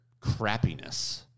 crappiness